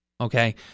okay